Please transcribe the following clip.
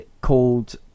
called